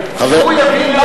שהוא יבין,